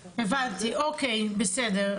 הבנתי, אוקיי, בסדר.